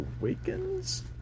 Awakens